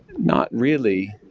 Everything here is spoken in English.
not really.